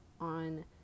on